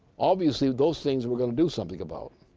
obviously, those things we're going to do something about.